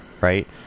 right